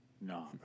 No